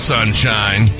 Sunshine